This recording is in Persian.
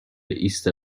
ایست